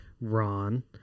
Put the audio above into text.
Ron